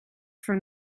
from